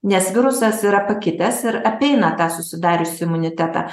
nes virusas yra pakitęs ir apeina tą susidariusį imunitetą